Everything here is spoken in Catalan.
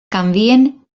canvien